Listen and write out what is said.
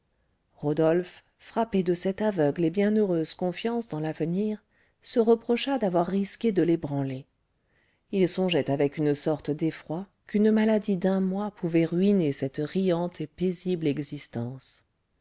rodolphe frappé de cette aveugle et bienheureuse confiance dans l'avenir se reprocha d'avoir risqué de l'ébranler il songeait avec une sorte d'effroi qu'une maladie d'un mois pouvait ruiner cette riante et paisible existence